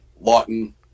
Lawton